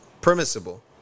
permissible